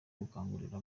gukangurira